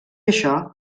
això